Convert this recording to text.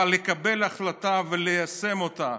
אבל לקבל החלטה וליישם אותה,